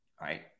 right